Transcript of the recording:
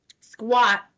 squat